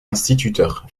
instituteur